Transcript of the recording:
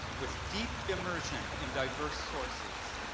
with deep immersion in diverse sources,